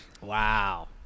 Wow